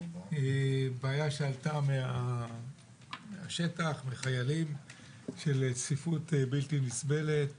בעיה שעלתה מהשטח של צפיפות בלתי נסבלת